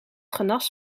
genas